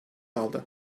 aldı